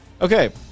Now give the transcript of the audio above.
Okay